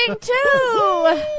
two